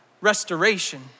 restoration